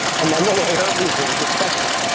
and then the lawyer resumed his questioning